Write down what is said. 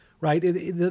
right